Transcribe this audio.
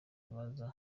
abaza